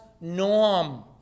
norm